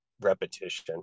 repetition